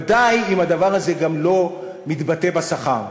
ודאי אם הדבר הזה גם לא מתבטא בשכר.